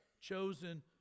chosen